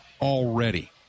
already